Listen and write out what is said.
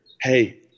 hey